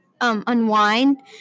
unwind